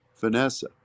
Vanessa